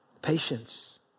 patience